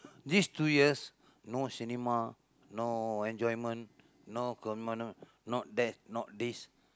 these two years no cinema no enjoyment no no that no this